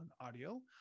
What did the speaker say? audio